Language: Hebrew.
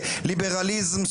ליברליזם,